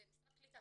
זה משרד קליטה,